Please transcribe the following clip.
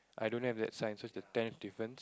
I don't have that sign so is the tenth different